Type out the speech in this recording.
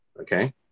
okay